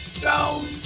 Down